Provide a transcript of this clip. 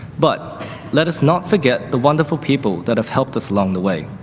but let us not forget the wonderful people that have helped us along the way.